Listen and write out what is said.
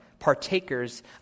partakers